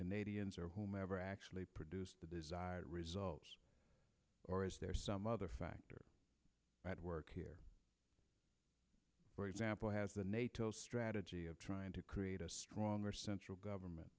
canadians or whomever actually produce the desired result or is there some other factor at work here for example has the nato strategy of trying to create a stronger central government